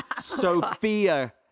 Sophia